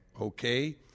Okay